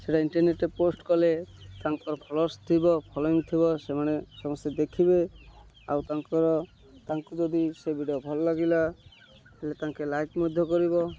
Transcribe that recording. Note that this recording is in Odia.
ସେଇଟା ଇଣ୍ଟରନେଟ୍ରେ ପୋଷ୍ଟ୍ କଲେ ତାଙ୍କର ଫଲୋର୍ସ ଥିବ ଫଲୋଇଂ ଥିବ ସେମାନେ ସମସ୍ତେ ଦେଖିବେ ଆଉ ତାଙ୍କର ତାଙ୍କୁ ଯଦି ସେ ଭିଡ଼ିଓ ଭଲ ଲାଗିଲା ହେଲେ ତାଙ୍କେ ଲାଇକ୍ ମଧ୍ୟ କରିବ